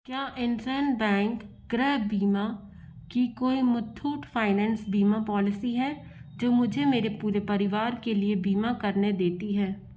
क्या इनसन बैंक गृह बीमा की कोई मुथूट फाइनेंस बीमा पॉलिसी है जो मुझे मेरे पूरे परिवार के लिए बीमा करने देती है